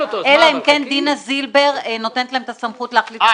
אלא אם כן דינה זילבר נותנת להם את הסמכות להחליט בדרך הזאת.